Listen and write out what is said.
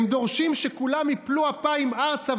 הם דורשים שכל השומעים ייפלו אפיים ארצה,